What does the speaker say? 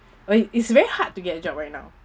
it's very hard to get a job right now